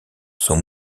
son